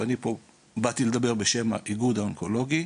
ובאתי לדבר היום בשם האיגוד האונקולוגי.